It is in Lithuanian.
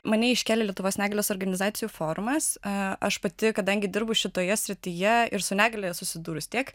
mane iškėlė lietuvos negalios organizacijų forumas aš pati kadangi dirbu šitoje srityje ir su negalia susidūrus tiek